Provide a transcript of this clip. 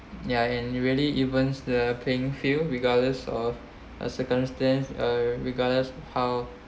ya and you really even the playing field regardless of uh circumstance uh regardless how